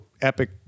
epic